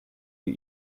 die